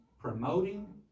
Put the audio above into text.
promoting